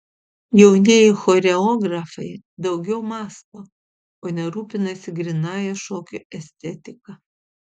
jaunieji choreografai daugiau mąsto o ne rūpinasi grynąja šokio estetika